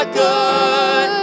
good